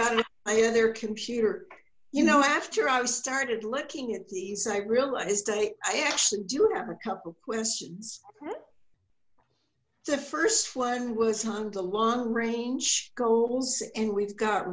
got my other computer you know after i started looking at these i realized i i actually do have a couple questions the first one was on the long range goals and we've got